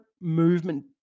movement